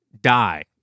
die